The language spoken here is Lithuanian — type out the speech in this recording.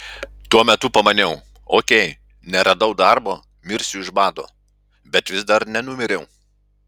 tuo metu pamaniau ok neradau darbo mirsiu iš bado bet vis dar nenumiriau